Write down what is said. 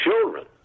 children